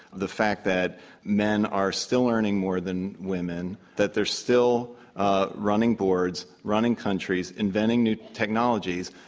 the fact that men are still earning more than women, that they're still ah running boards, running countries, inventing new technologies,